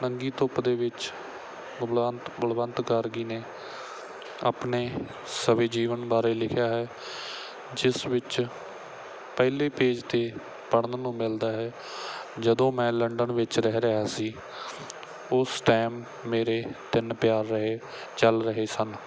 ਨੰਗੀ ਧੁੱਪ ਦੇ ਵਿੱਚ ਬਲਵੰਤ ਬਲਵੰਤ ਗਾਰਗੀ ਨੇ ਆਪਣੇ ਸਵੈ ਜੀਵਨ ਬਾਰੇ ਲਿਖਿਆ ਹੈ ਜਿਸ ਵਿੱਚ ਪਹਿਲੇ ਪੇਜ 'ਤੇ ਪੜ੍ਹਨ ਨੂੰ ਮਿਲਦਾ ਹੈ ਜਦੋਂ ਮੈਂ ਲੰਡਨ ਵਿੱਚ ਰਹਿ ਰਿਹਾ ਸੀ ਉਸ ਟਾਈਮ ਮੇਰੇ ਤਿੰਨ ਪਿਆਰ ਰਹੇ ਚੱਲ ਰਹੇ ਸਨ